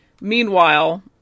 Meanwhile